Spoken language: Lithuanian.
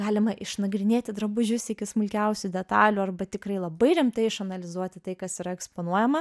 galima išnagrinėti drabužius iki smulkiausių detalių arba tikrai labai rimtai išanalizuoti tai kas yra eksponuojama